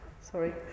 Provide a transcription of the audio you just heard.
Sorry